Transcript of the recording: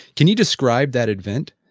can you describe that event?